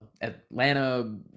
Atlanta